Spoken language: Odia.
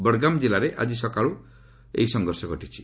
ବଡ଼ଗାମ୍ ଜିଲ୍ଲାରେ ଆଜି ସକାଳୁ ଏହି ସଂଘର୍ଷ ଘଟିଛି